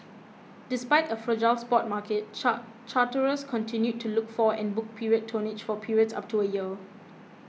despite a fragile spot market char charterers continued to look for and book period tonnage for periods up to a year